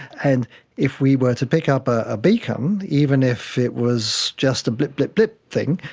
and if we were to pick up a beacon, even if it was just a blip, blip, blip thing,